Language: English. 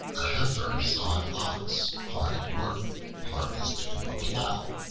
a heifer saw an ox hard at work harnessed to a plow,